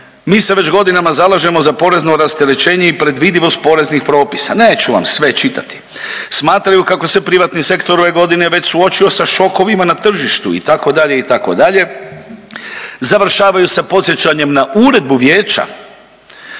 „Mi se već godinama zalažemo za porezno rasterećenje i predvidivost poreznih propisa …“ neću vam sve čitati. Smatraju kako se privatni sektor ove godine već suočio sa šokovima na tržištu itd., itd. Završavaju sa podsjećanjem na Uredbu Vijeća,